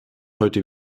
heute